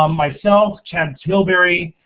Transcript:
um myself, chad tilbury,